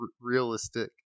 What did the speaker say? realistic